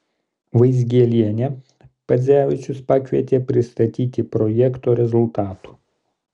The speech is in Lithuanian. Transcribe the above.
vaizgielienę podzevičius pakvietė pristatyti projekto rezultatų